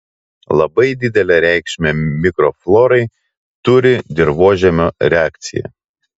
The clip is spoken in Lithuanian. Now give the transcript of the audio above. labai didelę reikšmę mikroflorai turi dirvožemio reakcija